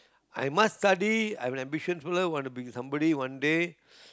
I must study I have ambition to learn want to beat somebody one day